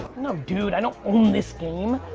no dude, i don't own this game.